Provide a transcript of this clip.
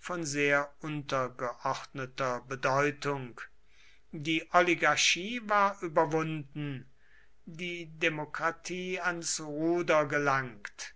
von sehr untergeordneter bedeutung die oligarchie war überwunden die demokratie ans ruder gelangt